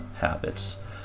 habits